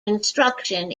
instruction